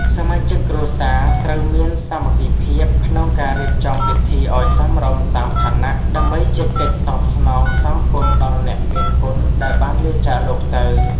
សមាជិកគ្រួសារត្រូវមានសាមគ្គីភាពក្នុងការរៀបចំពិធីឱ្យសមរម្យតាមឋានៈ ដើម្បីជាកិច្ចតបស្នងសងគុណដល់អ្នកមានគុណដែលបានលាចាកលោកទៅ។